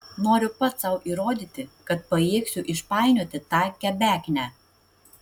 noriu pats sau įrodyti kad pajėgsiu išpainioti tą kebeknę